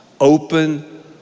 Open